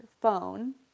phone